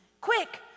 Quick